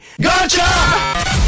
Gotcha